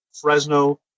Fresno